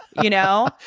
you know?